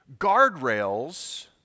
Guardrails